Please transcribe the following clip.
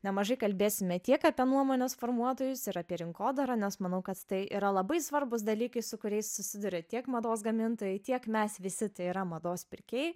nemažai kalbėsime tiek apie nuomonės formuotojus ir apie rinkodarą nes manau kad tai yra labai svarbūs dalykai su kuriais susiduria tiek mados gamintojai tiek mes visi tai yra mados pirkėjai